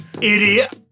idiot